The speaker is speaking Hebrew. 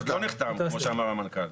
כמו שאמר המנכ"ל,